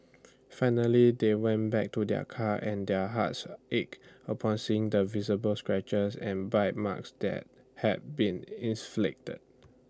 finally they went back to their car and their hearts ached upon seeing the visible scratches and bite marks that had been